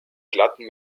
glatten